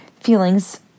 feelings